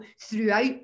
throughout